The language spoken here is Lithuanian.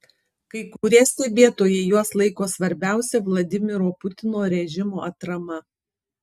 kai kurie stebėtojai juos laiko svarbiausia vladimiro putino režimo atrama